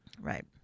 right